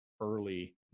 early